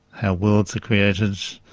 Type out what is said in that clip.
how worlds are created,